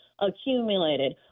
accumulated